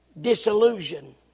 Disillusion